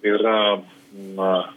yra na